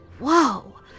Whoa